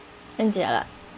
damn jialat